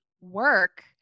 work